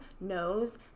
knows